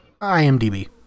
IMDb